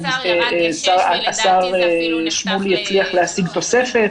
השר שמולי הצליח להשיג תוספת